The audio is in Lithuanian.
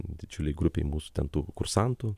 didžiulei grupei mūsų ten tų kursantų